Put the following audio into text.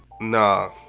Nah